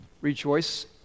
Rejoice